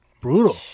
brutal